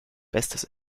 bestes